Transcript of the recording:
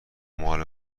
مال